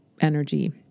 energy